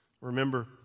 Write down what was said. Remember